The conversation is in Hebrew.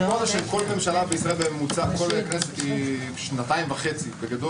הכהונה של ממשלה בישראל היא שנתיים וחצי בממוצע.